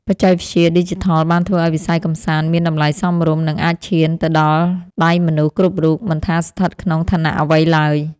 បច្ចេកវិទ្យាឌីជីថលបានធ្វើឱ្យវិស័យកម្សាន្តមានតម្លៃសមរម្យនិងអាចឈានទៅដល់ដៃមនុស្សគ្រប់រូបមិនថាស្ថិតក្នុងឋានៈអ្វីឡើយ។